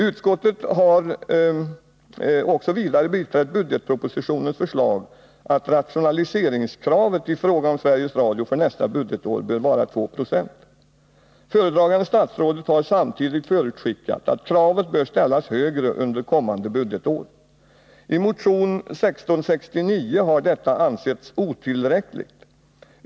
Utskottet har vidare biträtt budgetpropositionens förslag att rationaliseringskravet i fråga om Sveriges Radio för nästa budgetår bör vara 2 96. Föredragande statsrådet har samtidigt förutskickat att kravet bör ställas högre under kommande budgetår. I motion 1669 har detta ansetts otillräckligt.